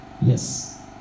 Yes